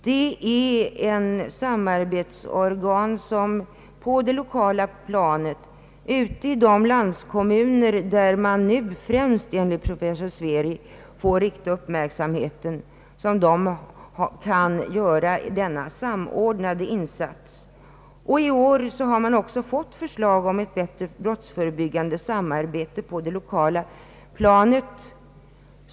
Det är ett samarbetsorgan som på det lokala planet, ute i de landskommuner där man enligt professor Sveri främst måste rikta uppmärksamheten mot problemet, kan göra en samordnad insats. I år har också framlagts förslag om bättre samarbete på det lokala planet.